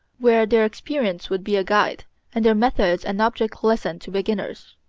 where their experience would be a guide and their methods an object-lesson to beginners.